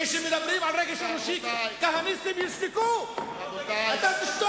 אתה לא תגיד